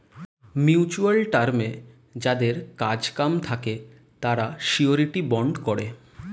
mutual টার্মে যাদের কাজ কাম থাকে তারা শিউরিটি বন্ড করে